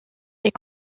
est